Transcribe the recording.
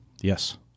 yes